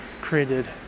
created